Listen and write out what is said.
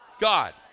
God